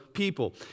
people